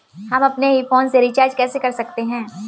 हम अपने ही फोन से रिचार्ज कैसे कर सकते हैं?